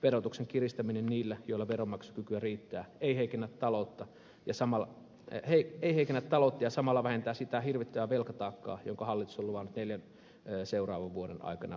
verotuksen kiristäminen niillä joilla veronmaksukykyä riittää ei heikennä taloutta ja samalla ei kehitetä talot ja samalla vähentää sitä hirvittävää velkataakkaa jonka hallitus on luvannut neljän seuraavan vuoden aikana ottaa